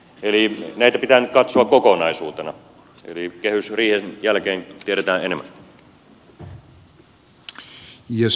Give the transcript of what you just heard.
näitä pitää nyt katsoa kokonaisuutena eli kehysriihen jälkeen tiedetään enemmän